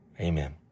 amen